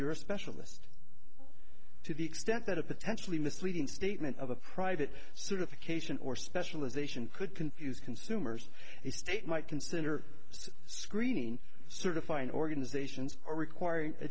you're a specialist to be extent that a potentially misleading statement of a private sort of occasion or specialization could confuse consumers the state might consider screening certifying organizations or requiring a